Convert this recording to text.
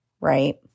right